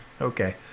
Okay